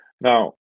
Now